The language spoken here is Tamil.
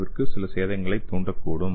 ஏவிற்கும் சில சேதங்களைத் தூண்டக்கூடும்